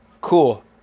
cool